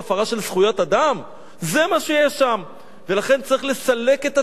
ולכן צריך לסלק את הטיעונים האלה ולסכל את הפיגוע הקיים,